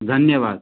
धन्यवाद